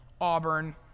Auburn